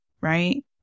right